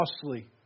costly